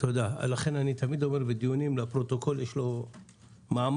לכן אני תמיד אומר בדיונים - לפרוטוקול יש מעמד,